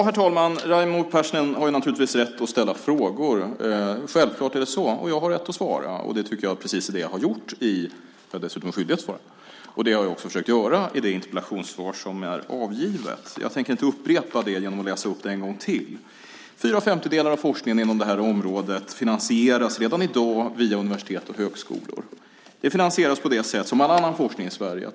Herr talman! Raimo Pärssinen har naturligtvis rätt att ställa frågor. Självklart är det så. Jag har rätt att svara. Det är precis det jag tycker att jag har gjort. Jag är dessutom skyldig att svara. Det har jag försökt att göra i det interpellationssvar som är avgivet. Jag tänker inte upprepa det genom att läsa upp det en gång till. Fyra femtedelar av forskningen inom området finansieras redan i dag via universitet och högskolor. Den finansieras på det sätt som all annan forskning i Sverige.